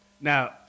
Now